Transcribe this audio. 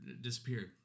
disappeared